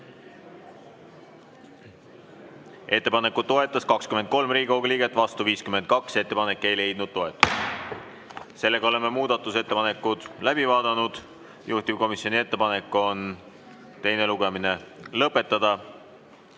Ettepanekut toetas 23 Riigikogu liiget, vastu oli 52. Ettepanek ei leidnud toetust. Oleme muudatusettepanekud läbi vaadanud. Juhtivkomisjoni ettepanek on teine lugemine lõpetada.